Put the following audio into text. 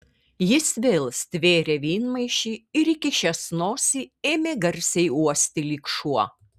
jis vėl stvėrė vynmaišį ir įkišęs nosį ėmė garsiai uosti lyg šuo